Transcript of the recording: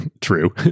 true